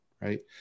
right